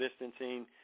distancing